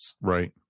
Right